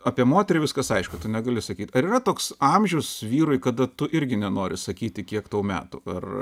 apie moterį viskas aišku tu negali sakyt ar yra toks amžius vyrui kada tu irgi nenori sakyti kiek tau metų ar